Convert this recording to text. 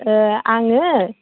आङो